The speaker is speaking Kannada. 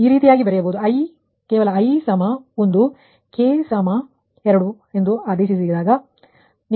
ಕೇವಲ i 1 k 2 ಹಾಕಿ